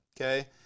okay